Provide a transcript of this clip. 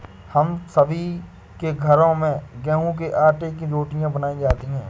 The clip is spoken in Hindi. हम सभी के घरों में गेहूं के आटे की रोटियां बनाई जाती हैं